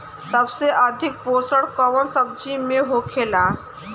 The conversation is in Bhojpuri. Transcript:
सबसे अधिक पोषण कवन सब्जी में होखेला?